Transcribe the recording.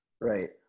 Right